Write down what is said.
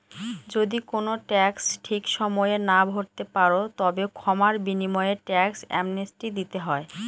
যদি কোনো ট্যাক্স ঠিক সময়ে না ভরতে পারো, তবে ক্ষমার বিনিময়ে ট্যাক্স অ্যামনেস্টি দিতে হয়